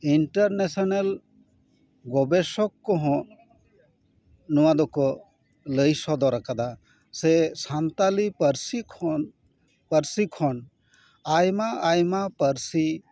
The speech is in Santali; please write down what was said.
ᱤᱱᱴᱟᱨᱱᱮᱥᱱᱮᱞ ᱜᱚᱵᱮᱥᱚᱠ ᱠᱚᱦᱚᱸ ᱱᱚᱣᱟ ᱫᱚᱠᱚ ᱞᱟᱹᱭ ᱚᱫᱚᱨ ᱟᱠᱫᱟ ᱥᱮ ᱥᱟᱱᱛᱟᱲᱤ ᱯᱟᱹᱨᱥᱤ ᱠᱷᱚᱱ ᱯᱟᱹᱨᱥᱤ ᱠᱷᱚᱱ ᱟᱭᱢᱟ ᱟᱭᱢᱟ ᱯᱟᱹᱨᱥᱤ